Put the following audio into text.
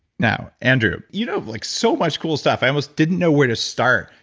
now, andrew. you know of like so much cool stuff, i almost didn't know where to start,